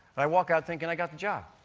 i walk out thinking i got the job.